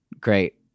Great